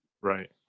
Right